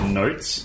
notes